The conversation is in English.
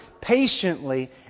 patiently